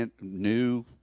new